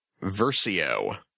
Versio